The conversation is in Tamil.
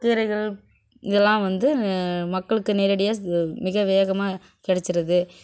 கீரைகள் இதெல்லாம் வந்து மக்களுக்கு நேரடியாக மிக வேகமாக கிடச்சிருது